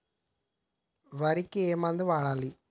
వరికి ఏ మందు వాడాలి?